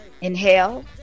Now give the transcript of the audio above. Inhale